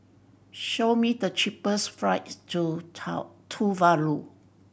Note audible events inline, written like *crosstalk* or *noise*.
show me the cheapest flights to *unintelligible* Tuvalu